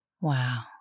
Wow